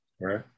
Right